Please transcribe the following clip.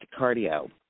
cardio